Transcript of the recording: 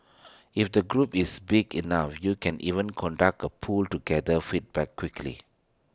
if the group is big enough you can even conduct A poll to gather feedback quickly